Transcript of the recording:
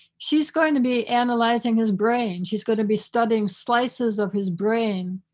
she's going to be analyzing his brain. she's going to be studying slices of his brain,